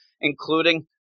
including